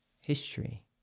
history